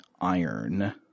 iron